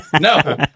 No